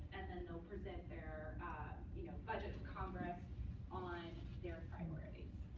and then they'll present their you know budget to congress on their priorities.